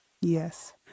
Yes